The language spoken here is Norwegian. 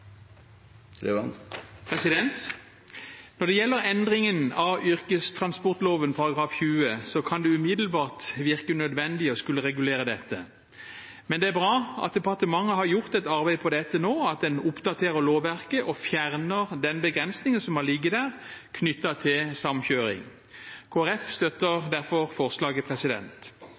Når det gjelder endringen av yrkestransportloven § 20, kan det umiddelbart virke unødvendig å skulle regulere dette, men det er bra at departementet har gjort et arbeid med dette nå, og at en oppdaterer lovverket og fjerner den begrensningen som har ligget der knyttet til samkjøring. Kristelig Folkeparti støtter derfor forslaget.